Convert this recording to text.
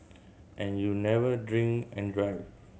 and you'll never drink and drive